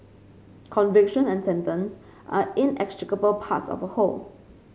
conviction and sentence are inextricable parts of a whole